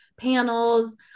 panels